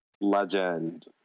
Legend